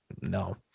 no